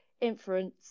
inference